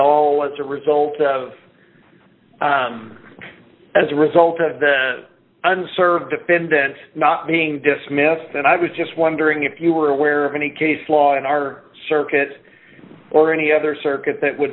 all as a result of as a result of the unserved defendant not being dismissed and i was just wondering if you were aware of any case law in our circuit or any other circuit that would